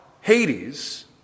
Hades